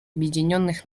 объединенных